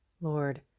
Lord